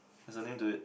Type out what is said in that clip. there's a name to it